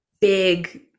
big